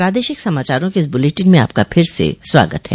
प्रादेशिक समाचारों के इस बुलेटिन में आपका फिर से स्वागत है